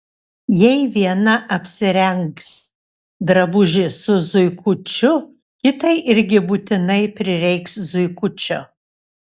jei viena apsirengs drabužį su zuikučiu kitai irgi būtinai prireiks zuikučio